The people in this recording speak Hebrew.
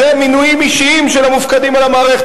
זה מינויים אישיים של המופקדים על המערכת.